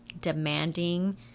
demanding